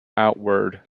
outward